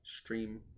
stream